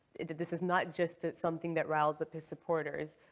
that this is not just that something that riles up his supporters,